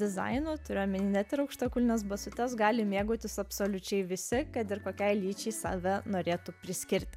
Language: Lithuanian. dizainu turiu omeny net ir aukštakulnes basutes gali mėgautis absoliučiai visi kad ir kokiai lyčiai save norėtų priskirti